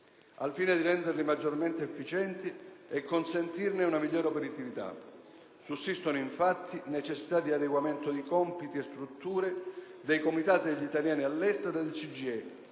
al fine di renderli maggiormente efficienti e consentirne una migliore operatività. Sussistono infatti necessità di adeguamento di compiti e strutture dei Comitati degli italiani all'estero (COMITES)